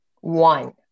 one